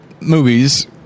movies